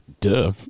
Duh